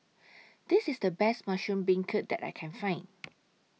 This IS The Best Mushroom Beancurd that I Can Find